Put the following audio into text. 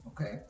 Okay